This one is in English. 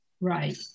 Right